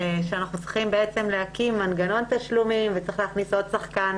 אנחנו צריכים להקים מנגנון תשלומים וצריך להכניס עוד שחקן